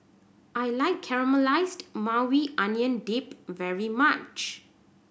I like Caramelized Maui Onion Dip very much